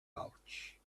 pouch